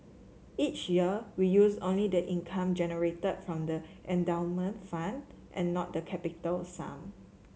each year we use only the income generated from the endowment fund and not the capital sum